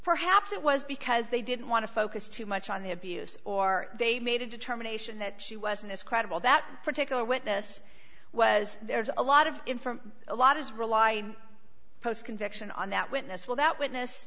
perhaps it was because they didn't want to focus too much on the abuse or they made a determination that she wasn't as credible that particular witness was there's a lot of in for a lot is rely post conviction on that witness well that witness